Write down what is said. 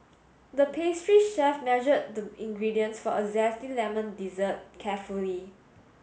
the pastry chef measured the ingredients for a zesty lemon dessert carefully